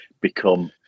become